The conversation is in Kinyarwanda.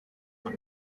uyu